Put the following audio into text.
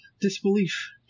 disbelief